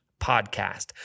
podcast